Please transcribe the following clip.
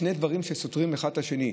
שני דברים שסותרים אחד את השני.